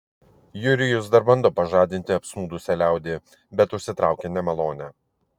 jurijus dar bando pažadinti apsnūdusią liaudį bet užsitraukia nemalonę